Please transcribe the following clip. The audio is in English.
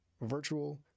virtual